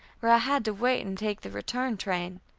where i had to wait and take the return train.